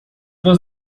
was